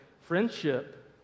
friendship